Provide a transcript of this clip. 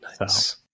nice